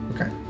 Okay